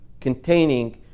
containing